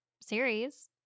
series